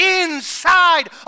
inside